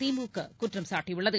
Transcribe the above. திமுக குற்றம் சாட்டியுள்ளது